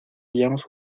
hayamos